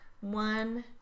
one